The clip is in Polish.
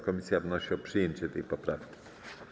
Komisja wnosi o przyjęcie tej poprawki.